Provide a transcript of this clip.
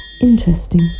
Interesting